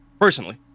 personally